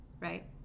right